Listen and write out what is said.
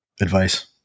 advice